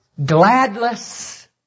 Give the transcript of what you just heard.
gladless